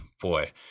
boy